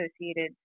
associated